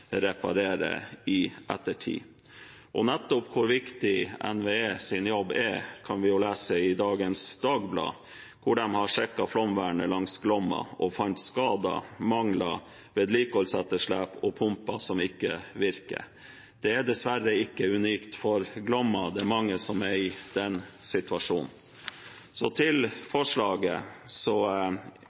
reparere i ettertid. Hvor viktig NVEs jobb er, kan vi lese om i dagens Dagbladet, hvor de har sjekket flomvernet langs Glomma. De fant skader, mangler, vedlikeholdsetterslep og pumper som ikke virker. Dette er dessverre ikke unikt for Glomma. Det er mange som er i den situasjonen. I denne saken er det et mindretallsforslag om å etablere et ekstra fond. Det forslaget